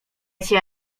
cię